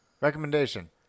recommendation